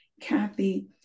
Kathy